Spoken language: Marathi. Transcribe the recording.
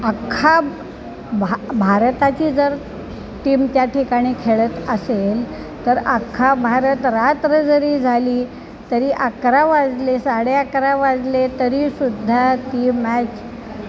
अख्खा भा भारताची जर टीम त्या ठिकाणी खेळत असेल तर अख्खा भारत रात्र जरी झाली तरी अकरा वाजले साडे अकरा वाजले तरीसु द्धा ती मॅच